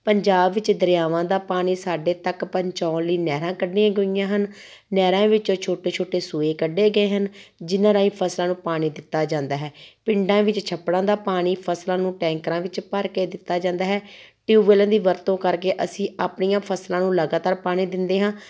ਪੰਜਾਬ ਵਿੱਚ ਦਰਿਆਵਾਂ ਦਾ ਪਾਣੀ ਸਾਡੇ ਤੱਕ ਪਹੁੰਚਾਉਣ ਲਈ ਨਹਿਰਾਂ ਕੱਢੀਆਂ ਗਈਆਂ ਹਨ ਨਹਿਰਾਂ ਵਿੱਚੋਂ ਛੋਟੇ ਛੋਟੇ ਸੂਏ ਕੱਢੇ ਗਏ ਹਨ ਜਿਨ੍ਹਾਂ ਰਾਹੀਂ ਫਸਲਾਂ ਨੂੰ ਪਾਣੀ ਦਿੱਤਾ ਜਾਂਦਾ ਹੈ ਪਿੰਡਾਂ ਵਿੱਚ ਛੱਪੜਾਂ ਦਾ ਪਾਣੀ ਫਸਲਾਂ ਨੂੰ ਟੈਂਕਰਾਂ ਵਿੱਚ ਭਰ ਕੇ ਦਿੱਤਾ ਜਾਂਦਾ ਹੈ ਟਿਊਬਵੈਲਾਂ ਦੀ ਵਰਤੋਂ ਕਰਕੇ ਅਸੀਂ ਆਪਣੀਆਂ ਫਸਲਾਂ ਨੂੰ ਲਗਾਤਾਰ ਪਾਣੀ ਦਿੰਦੇ ਹਾਂ